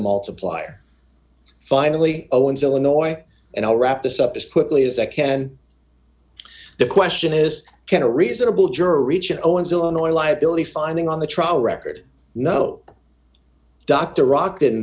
multiplier finally owens illinois and i'll wrap this up as quickly as i can the question is can a reasonable juror reach an owens illinois liability finding on the trial record no doctor rock didn't